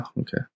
Okay